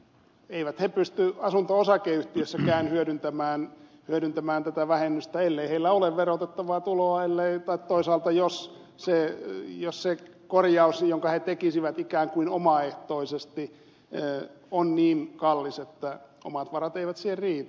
eivät he pysty asunto osakeyhtiössäkään hyödyntämään tätä vähennystä ellei heillä ole verotettavaa tuloa tai jos toisaalta se korjaus jonka he tekisivät ikään kuin omaehtoisesti on niin kallis että omat varat eivät siihen riitä